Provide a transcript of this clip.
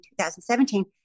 2017